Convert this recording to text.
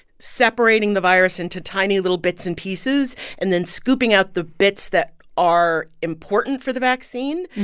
separating the virus into tiny little bits and pieces and then scooping out the bits that are important for the vaccine,